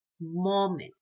moment